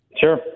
Sure